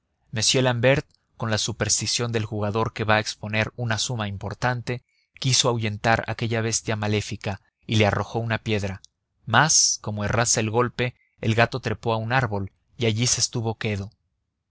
m l'ambert con la superstición del jugador que va a exponer una suma importante quiso ahuyentar aquella bestia maléfica y le arrojó una piedra mas como errase el golpe el gato trepó a un árbol y allí se estuvo quedo